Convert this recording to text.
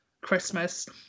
Christmas